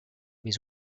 his